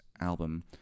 album